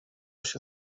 się